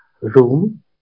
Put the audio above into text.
room